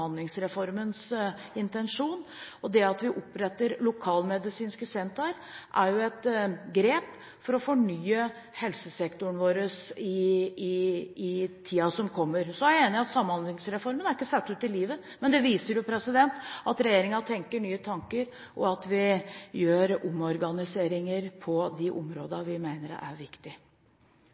et grep for å fornye helsesektoren vår i tiden som kommer. Så er jeg enig i at Samhandlingsreformen ikke er satt ut i livet. Men den viser at regjeringen tenker nye tanker, og at vi foretar omorganiseringer på de områdene vi mener det er viktig.